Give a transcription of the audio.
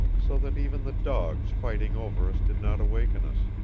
so that even the dogs fighting over us did not awaken us.